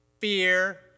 fear